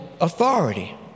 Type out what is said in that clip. authority